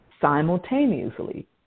simultaneously